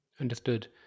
Understood